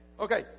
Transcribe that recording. Okay